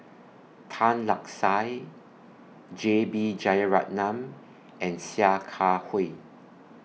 Tan Lark Sye J B Jeyaretnam and Sia Kah Hui